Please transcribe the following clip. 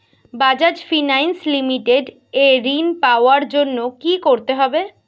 Bajaj finance limited এ ঋন পাওয়ার জন্য কি করতে হবে?